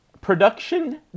Production